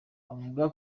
avuga